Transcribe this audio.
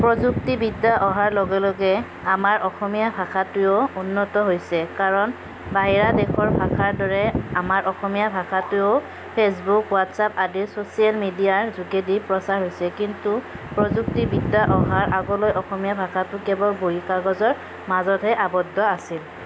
প্ৰযুক্তিবিদ্যা অহাৰ লগে লগে আমাৰ অসমীয়া ভাষাটোও উন্নত হৈছে কাৰণ বাহিৰা দেশৰ ভাষাৰ দৰে আমাৰ অসমীয়া ভাষাটোৱেও ফেচবুক হোৱাটচএপ আদিৰ চ'চিয়েল মেডিয়াৰ যোগেদি প্ৰচাৰ হৈছে কিন্তু প্ৰযুক্তিবিদ্যা অহাৰ আগলৈ অসমীয়া ভাষাটো কেৱল বহী কাগজৰ মাজতহে আৱদ্ধ আছিল